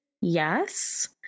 Yes